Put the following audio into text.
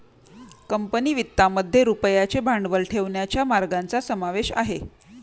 company वित्तामध्ये रुपयाचे भांडवल ठेवण्याच्या मार्गांचा समावेश आहे